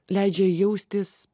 leidžia jaustis